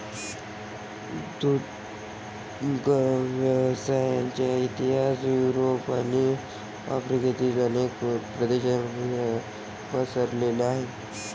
दुग्ध व्यवसायाचा इतिहास युरोप आणि आफ्रिकेतील अनेक प्रदेशांमध्ये पसरलेला आहे